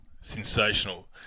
Sensational